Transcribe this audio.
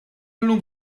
llum